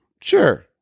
sure